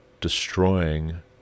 destroying